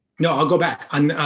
no, i'll go back on.